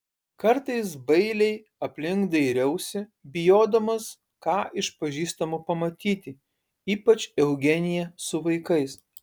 kartais bailiai aplink dairiausi bijodamas ką iš pažįstamų pamatyti ypač eugeniją su vaikais